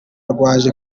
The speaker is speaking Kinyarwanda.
rwaje